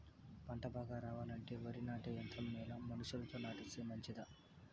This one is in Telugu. పంట బాగా రావాలంటే వరి నాటే యంత్రం మేలా మనుషులతో నాటిస్తే మంచిదా?